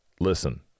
listen